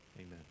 Amen